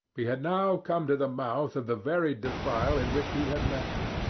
he had now come to the mouth of the very defile in which he had left them.